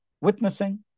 Witnessing